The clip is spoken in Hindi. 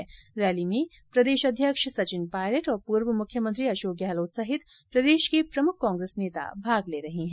संकल्प रैली में प्रदेश ँअध्यक्ष सचिन पायलट और पूर्व मुख्यमंत्री अशोक गहलोत सहित प्रदेश के प्रमुख कांग्रेस नेता भाग ले रहे है